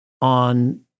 on